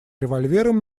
револьвером